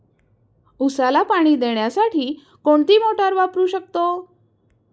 उसाला पाणी देण्यासाठी कोणती मोटार वापरू शकतो?